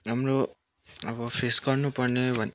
हाम्रो अब फेस गर्नु पर्ने भन्